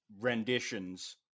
renditions